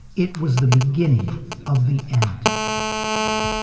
it was the beginning of the end to be free